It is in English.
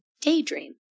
daydream